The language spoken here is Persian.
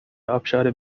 ابشار